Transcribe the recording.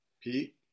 Pete